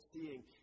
seeing